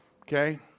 Okay